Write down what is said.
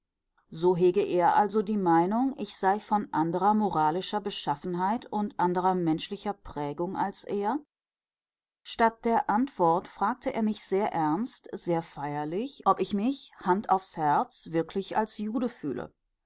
so hege er also die meinung ich sei von anderer moralischer beschaffenheit und anderer menschlicher prägung als er statt der antwort fragte er mich sehr ernst sehr feierlich ob ich mich hand aufs herz wirklich als jude fühle